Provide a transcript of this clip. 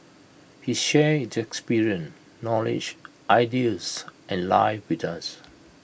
he shared his experience knowledge ideas and life with us